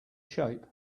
shape